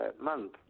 month